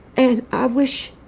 and i wish